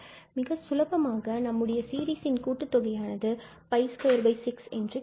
மிக சுலபமாக நம்முடைய சீரிஸின் கூட்டுத்தொகை Σ1𝑛2𝜋26 என்று கிடைக்கிறது